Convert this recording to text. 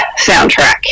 soundtrack